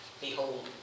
Behold